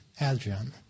Adrian